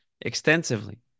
extensively